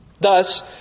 Thus